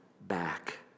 back